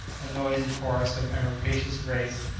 a noisy, quarrelsome, and rapacious race,